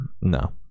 No